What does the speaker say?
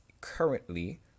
currently